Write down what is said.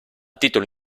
titolo